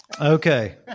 Okay